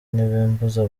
ntibimbuza